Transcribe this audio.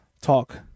talk